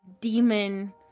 demon